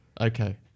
Okay